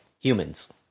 humans